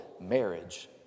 marriage